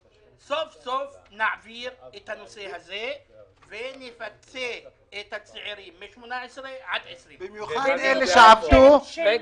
סוף סוף נעביר את הנושא הזה ונפצה את הצעירים מ-18 עד 20. במיוחד